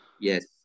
Yes